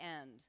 end